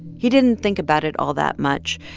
he didn't think about it all that much,